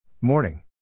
Morning